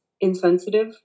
insensitive